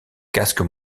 casques